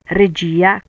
regia